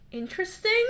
interesting